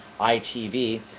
ITV